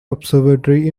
observatory